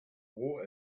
roh